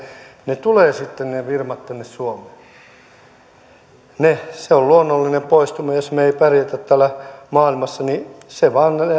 ne firmat tulevat sitten tänne suomeen se on luonnollinen poistuma jos me emme pärjää täällä maailmassa niin se vaan